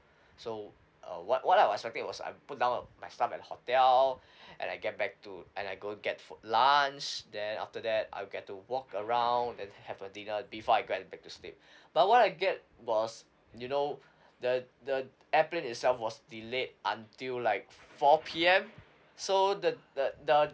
so uh what what I was expecting was I put down my stuff at hotel and I get back to and I go get fo~ lunch then after that I'll get to walk around and have a dinner before I get back to sleep but what I get was you know the the airplane itself was delayed until like four P_M so the the the